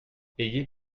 ayez